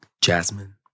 Jasmine